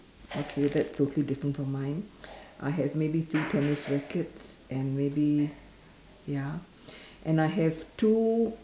okay that's totally different from mine I have maybe two tennis rackets and maybe ya and I have two